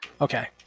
Okay